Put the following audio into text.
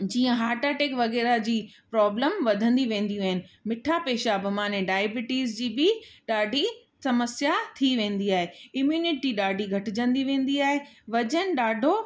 जीअं heart attack वग़ैरह जी प्रॉब्लम वधंदी वेंदियूं आहिनि मिठा पेशाब माना डाइबिटीज़ जी बि ॾाढी समस्या थी वेंदी आहे इम्यूनिटी ॾाढी घटिजंदी वेंदी आहे वज़न ॾाढो